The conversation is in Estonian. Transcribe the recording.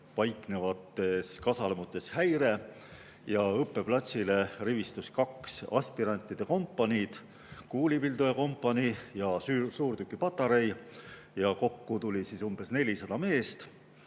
paiknevates kasarmutes häiret ja õppeplatsile rivistus kaks aspirantide kompaniid, kuulipildujakompanii ja suurtükipatarei. Kokku tuli umbes 400 meest.